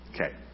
Okay